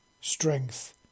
Strength